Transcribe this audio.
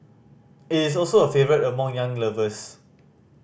it is also a favourite among young lovers